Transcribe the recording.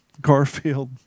garfield